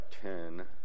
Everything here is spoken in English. ten